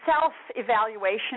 self-evaluation